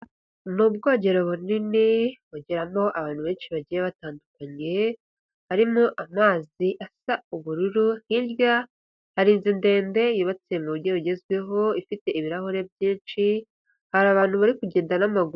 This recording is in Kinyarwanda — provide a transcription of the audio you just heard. Ni ubwogero bunini hogeramo abantu benshi bagiye batandukanye. Harimo amazi asa ubururu. Hirya hari inzu ndende yubatse mu buryo bugezweho ifite ibirahure byinshi. Hari abantu bari kugenda n'amaguru.